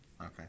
okay